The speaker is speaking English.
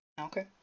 Okay